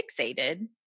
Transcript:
fixated